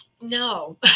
no